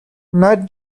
nudge